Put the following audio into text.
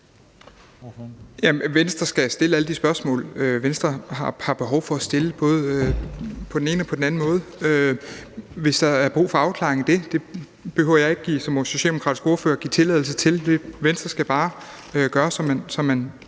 Venstre skal stille alle de spørgsmål, Venstre har behov for at stille, både på den ene og på den anden måde. Hvis der er brug for afklaring i det, behøver jeg ikke som socialdemokratisk ordfører at